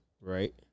Right